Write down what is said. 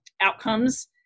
outcomes